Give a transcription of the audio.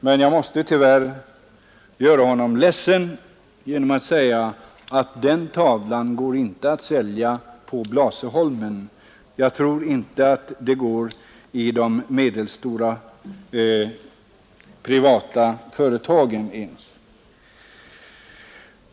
Tyvärr måste jag göra honom ledsen genom att säga att den tavlan inte går att sälja på Blasieholmen. Jag tror inte att det går ens i de medelstora privata företagen.